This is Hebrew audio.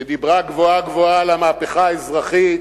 שדיברה גבוהה-גבוהה על המהפכה האזרחית,